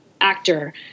actor